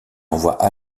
envoie